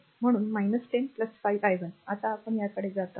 म्हणून 10 5 i 1 आता आपण याकडे जात आहोत